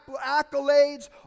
accolades